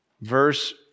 verse